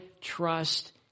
trust